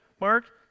Mark